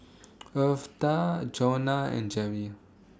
Eartha Jonna and Jerrie